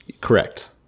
Correct